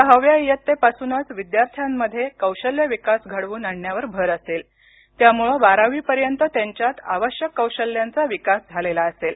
सहाव्या इयत्तेपासूनच विद्यार्थ्यामध्ये कौशल्य विकास घडवून आणण्यावर भर असेल त्यामुळे बारावीपर्यंत त्यांच्यात आवश्यक कौशल्यांचा विकास झालेला असेल